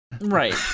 Right